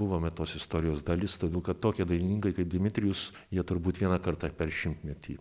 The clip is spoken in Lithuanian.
buvome tos istorijos dalis todėl kad tokie dainininkai kaip dmitrijus jie turbūt vieną kartą per šimtmetį